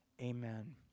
amen